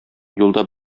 юлда